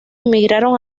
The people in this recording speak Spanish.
emigraron